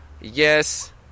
yes